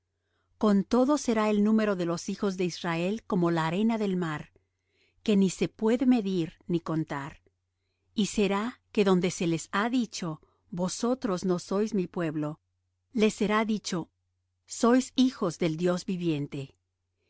con todo será el número de los hijos de israel como la arena de la mar que ni se puede medir ni contar y será que donde se les ha dicho vosotros no sois mi pueblo les será dicho sois hijos del dios viviente